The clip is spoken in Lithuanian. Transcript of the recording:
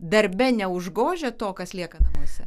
darbe neužgožia to kas lieka namuose